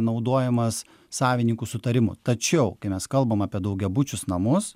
naudojamas savininkų sutarimu tačiau kai mes kalbam apie daugiabučius namus